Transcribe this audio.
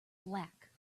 black